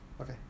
Okay